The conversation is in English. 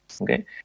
okay